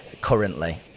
currently